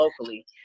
locally